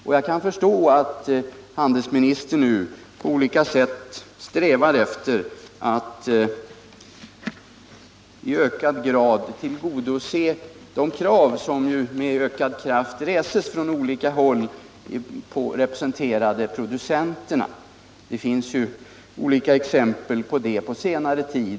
Och jag kan förstå att handelsministern nu på olika sätt strävar efter att i ökad grad tillgodose de krav som med ökad kraft reses från olika håll representerande producenterna. Det finns exempel på det under senare tid.